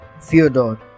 Fyodor